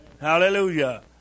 Hallelujah